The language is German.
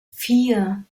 vier